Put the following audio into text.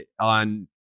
on